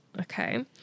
Okay